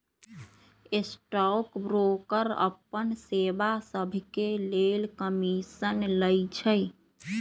stock broker अप्पन सेवा सभके लेल कमीशन लइछइ